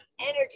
energy